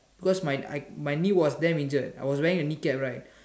because my I my knee was damn injured I was wearing a kneecap right